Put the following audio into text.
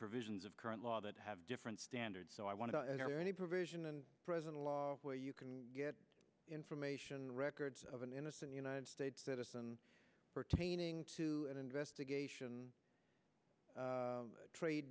provisions of current law that have different standards so i want to enter any provision and present a law where you can get information records of an innocent united states citizen pertaining to an investigation trade